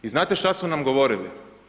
I znate šta su nam govorili?